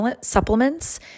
supplements